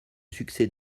succès